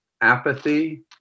apathy